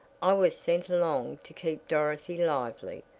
i was sent along to keep dorothy lively,